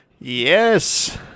Yes